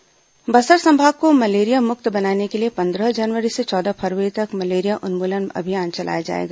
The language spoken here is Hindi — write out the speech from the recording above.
मुख्य सचिव समीक्षा बस्तर संभाग को मलेरिया मुक्त बनाने के लिए पंद्रह जनवरी से चौदह फरवरी तक मलेरिया उन्मूलन अभियान चलाया जाएगा